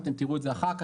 אתם תראו את זה אחר כך,